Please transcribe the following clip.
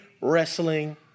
wrestling